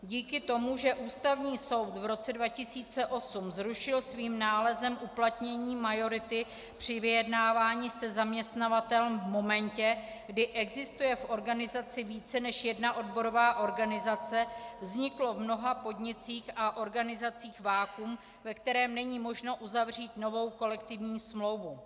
Díky tomu, že Ústavní soud v roce 2008 zrušil svým nálezem uplatnění majority při vyjednávání se zaměstnavatelem v momentě, kdy existuje v organizaci více než jedna odborová organizace, vzniklo v mnoha podnicích a organizacích vakuum, ve kterém není možno uzavřít novou kolektivní smlouvu.